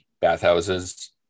bathhouses